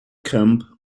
camp